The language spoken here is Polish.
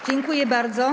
Dziękuję bardzo.